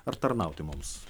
ar tarnauti mums